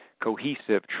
cohesive